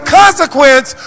consequence